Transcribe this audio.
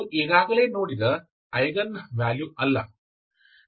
ಅದು ಈಗಾಗಲೇ ನೋಡಿದ ಐಗನ್ ವ್ಯಾಲ್ಯೂ ಅಲ್ಲ